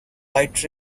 light